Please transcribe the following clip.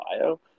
bio